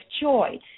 joy